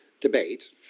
debate